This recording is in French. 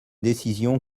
décision